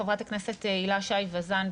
נמצאת פה חברת הכנסת הילה שי וזאן,